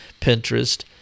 Pinterest